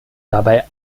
dabei